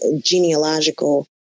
genealogical